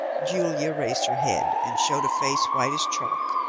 julia raised her head and showed a face, white as chalk,